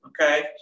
Okay